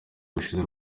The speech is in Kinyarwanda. gushize